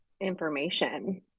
information